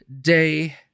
day